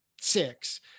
six